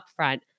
upfront